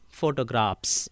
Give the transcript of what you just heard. photographs